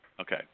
Okay